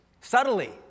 subtly